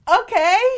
Okay